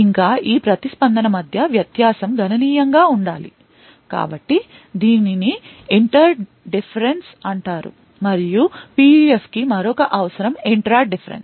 ఇంకా ఈ ప్రతిస్పందన మధ్య వ్యత్యాసం గణనీయంగా ఉండాలి కాబట్టి దీనిని ఇంటర్ డిఫరెన్స్ అంటారు మరియు PUF కి మరొక అవసరం ఇంట్రా డిఫరెన్స్